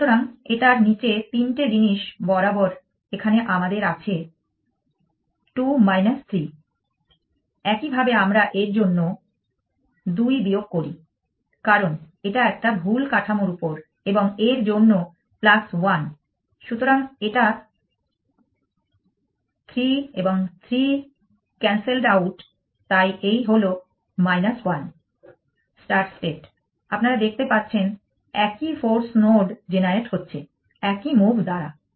সুতরাং এটার নীচে তিনটে জিনিস বরাবর এখানে আমাদের আছে 2 3 একইভাবে আমরা এর জন্য 2 বিয়োগ করি কারণ এটা একটা ভুল কাঠামোর উপর এবং এর জন্য 1 সুতরাং এটা 3 এবং 3 ক্যান্সেলড আউট তাই এই হল 1 স্টার্ট স্টেট আপনারা দেখতে পাচ্ছেন একই ফোর্স নোড জেনারেট হচ্ছে একই মুভ দ্বারা